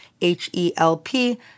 H-E-L-P